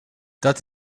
dat